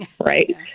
right